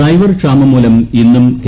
driver ക്ഷാമം മൂല്യം ഇന്നും കെ